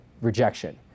rejection